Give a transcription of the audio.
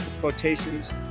quotations